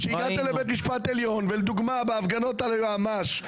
ולדוגמה, בהפגנות היועמ"ש,